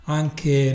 anche